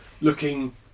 looking